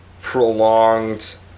prolonged